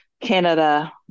Canada